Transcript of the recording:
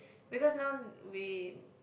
because now we